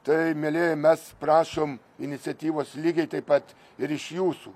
tai mielieji mes prašom iniciatyvos lygiai taip pat ir iš jūsų